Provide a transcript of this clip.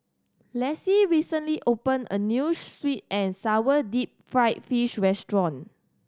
Lessie recently opened a new sweet and sour deep fried fish restaurant